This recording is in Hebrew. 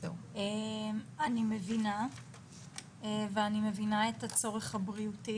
אני מבינה ואני מבינה את הצורך הבריאותי